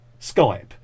Skype